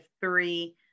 three